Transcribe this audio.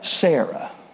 Sarah